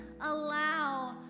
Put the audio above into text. allow